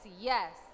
yes